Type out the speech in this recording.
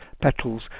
petals